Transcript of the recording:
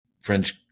French